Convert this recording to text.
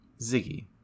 ziggy